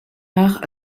nach